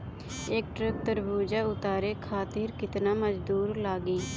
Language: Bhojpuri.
एक ट्रक तरबूजा उतारे खातीर कितना मजदुर लागी?